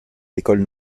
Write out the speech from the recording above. l’école